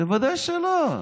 בוודאי שלא.